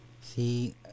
see